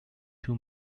two